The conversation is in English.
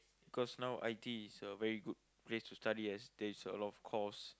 because now I_T_E is a very good place to study as there's a lot of course